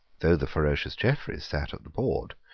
though the ferocious jeffreys sate at the board,